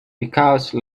because